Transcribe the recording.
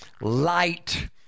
light